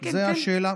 זאת השאלה?